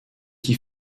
qui